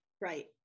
Right